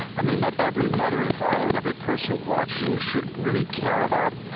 i mean that every mother and father and every person watching should really care about,